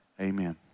amen